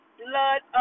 blood